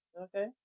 okay